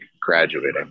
graduating